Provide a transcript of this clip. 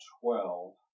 twelve